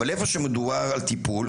אבל איפה שמדובר על טיפול,